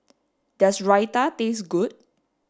does Raita taste good